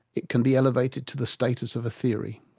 it can be elevated to the status of a theoryit